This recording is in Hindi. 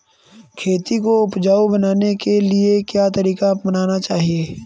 खेती को उपजाऊ बनाने के लिए क्या तरीका अपनाना चाहिए?